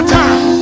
time